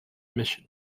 mission